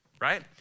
right